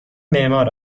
معمار